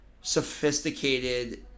sophisticated